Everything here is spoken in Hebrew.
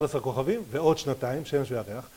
עשר כוכבים, ועוד שנתיים שמש וירח